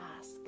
ask